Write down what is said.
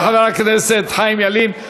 תודה לחבר הכנסת חיים ילין.